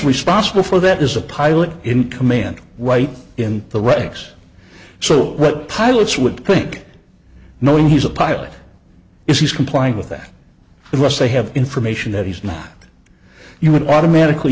responsible for that is a pilot in command right in the ranks so what pilots would think knowing he's a pilot is he's complying with that for us they have information that he's not you would automatically